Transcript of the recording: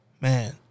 Man